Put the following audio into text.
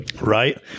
right